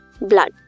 blood